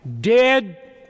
dead